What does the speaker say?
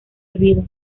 olvido